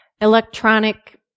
electronic